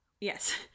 Yes